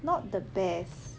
not the best